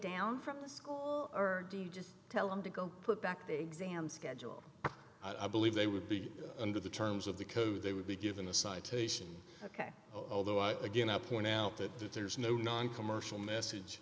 down from the school or do you just tell them to go put back the exam schedule i believe they would be under the terms of the code they would be given a citation ok although i again i point out that there's no noncommercial message